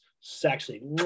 sexy